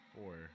Four